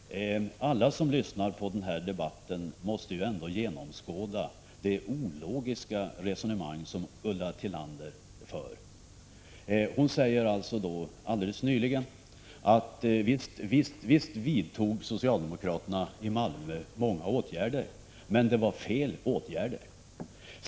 Herr talman! Alla som lyssnar till den här debatten måste ju ändå genomskåda det ologiska resonemang som Ulla Tillander för. Hon sade nyss att visst vidtog socialdemokraterna i Malmö många åtgärder, men det var fel åtgärder.